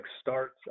starts